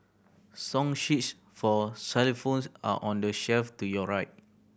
song sheets for xylophones are on the shelf to your right